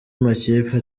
makipe